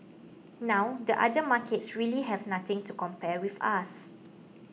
now the other markets really have nothing to compare with us